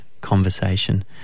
conversation